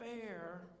fair